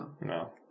No